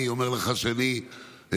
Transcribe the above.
אני אומר לך שאני אשמח